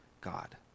God